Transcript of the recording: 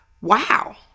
Wow